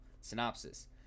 synopsis